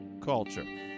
culture